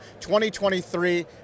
2023